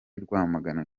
rwamagana